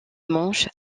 manche